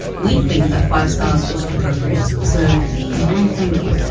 we think that five stars is appropriate. so please and thank you